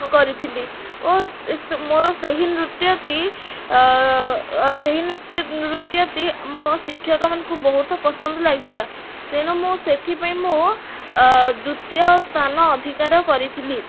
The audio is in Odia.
କରିଥିଲି ଓ ମୋର ସେହି ନୃତ୍ୟଟି ସେହି ନୃତ୍ୟଟି ମୋ ଶିକ୍ଷକମାନଙ୍କୁ ବହୁତ ପସନ୍ଦ ଲାଗିଥିଲା ତେଣୁ ମୁଁ ସେଥିପାଇଁ ମୁଁ ଦ୍ୱିତୀୟ ସ୍ଥାନ ଅଧିକାର କରିଥିଲି